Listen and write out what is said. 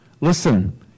Listen